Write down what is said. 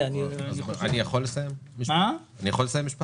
כרגע יש אי הסכמות בין הרשות לבין השלטון המקומי.